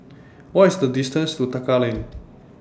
What IS The distance to Tekka Lane